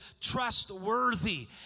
trustworthy